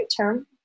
term